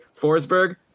Forsberg